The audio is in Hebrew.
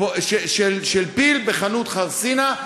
פיל בחנות חרסינה,